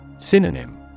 Synonym